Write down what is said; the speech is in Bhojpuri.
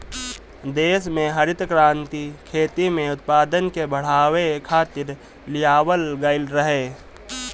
देस में हरित क्रांति खेती में उत्पादन के बढ़ावे खातिर लियावल गईल रहे